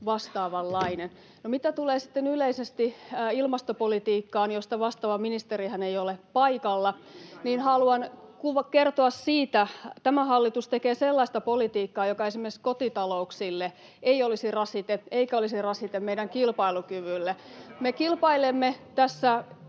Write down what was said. vastaavanlainen. No mitä tulee sitten yleisesti ilmastopolitiikkaan — josta vastaava ministerihän ei ole paikalla — niin haluan kertoa siitä. Tämä hallitus tekee sellaista politiikkaa, joka esimerkiksi kotitalouksille ei olisi rasite eikä olisi rasite meidän kilpailukyvylle. [Keskustan ryhmästä: